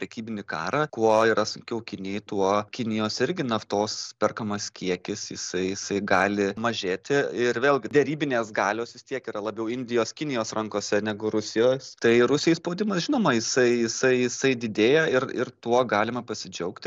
prekybinį karą kuo yra sunkiau kinijai tuo kinijos irgi naftos perkamas kiekis jisai jisai gali mažėti ir vėl derybinės galios vis tiek yra labiau indijos kinijos rankose negu rusijos tai rusijai spaudimas žinoma jisai jisai jisai didėja ir ir tuo galima pasidžiaugti